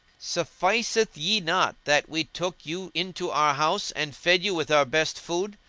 sufficeth ye not that we took you into our house and fed you with our best food?